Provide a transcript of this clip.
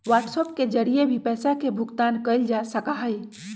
WhatsApp के जरिए भी पैसा के भुगतान कइल जा सका हई